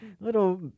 little